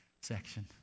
section